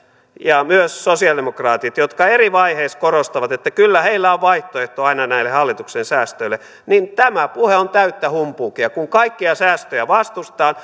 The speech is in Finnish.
ja myös sosialidemokraatit eri vaiheissa korostavat että kyllä heillä on aina vaihtoehto näille hallituksen säästöille niin tämä puhe on täyttä humpuukia kun kaikkia säästöjä vastustetaan